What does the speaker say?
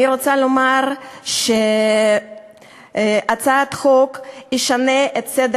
אני רוצה לומר שהצעת החוק תשנה את סדר